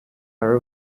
are